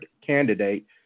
candidate